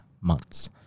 months